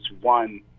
one